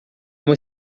uma